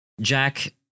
Jack